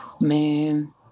man